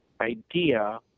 idea